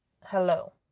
hello